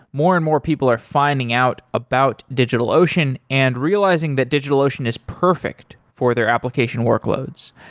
more and more people are finding out about digitalocean and realizing that digitalocean is perfect for their application workloads.